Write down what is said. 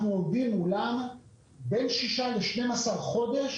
אנחנו עומדים מולם בין 6 ל-12 חודשים